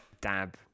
Dab